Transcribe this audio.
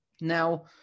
Now